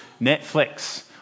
Netflix